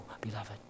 beloved